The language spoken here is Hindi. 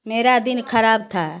मेरा दिन खराब था